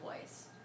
voice